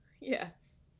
Yes